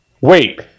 wait